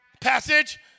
Passage